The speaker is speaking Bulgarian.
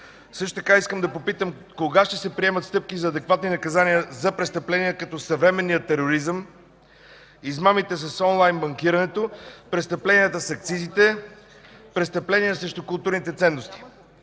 Също така искам да попитам: кога ще се приемат стъпки за адекватни наказания за престъпления като съвременния тероризъм, измамите с онлайн банкирането, престъпленията с акцизите, престъпленията срещу културните ценности?